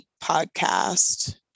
podcast